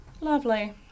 Lovely